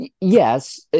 Yes